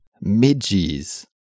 Midges